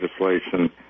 legislation